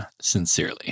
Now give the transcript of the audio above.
sincerely